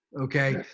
Okay